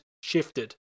shifted